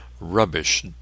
Rubbish